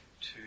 two